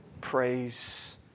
praise